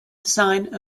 design